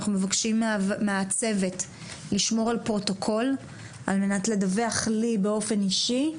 אנחנו מבקשים מהצוות לשמור על פרוטוקול על מנת לדווח לי באופן אישי,